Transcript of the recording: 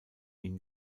ihn